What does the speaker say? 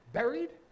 buried